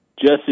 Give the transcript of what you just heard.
Jesse